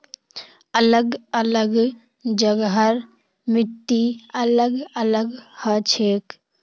अलग अलग जगहर मिट्टी अलग अलग हछेक